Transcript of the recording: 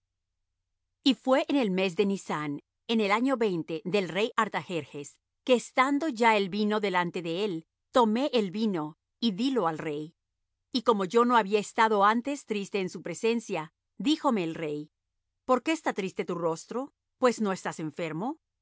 y fué en el mes de nisán en el año veinte del rey artajerjes que estando ya el vino delante de él tomé el vino y dílo al rey y como yo no había estado antes triste en su presencia díjome el rey por qué está triste tu rostro pues no estás enfermo